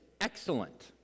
excellent